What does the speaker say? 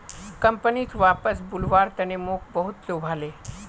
कंपनीत वापस बुलव्वार तने मोक बहुत लुभाले